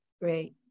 Great